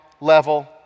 level